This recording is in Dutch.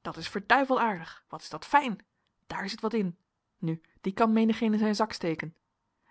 dat is verduiveld aardig wat is dat fijn daar zit wat in nu die kan menigeen in zijn zak steken